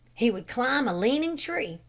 he would climb a leaning tree,